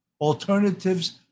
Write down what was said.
Alternatives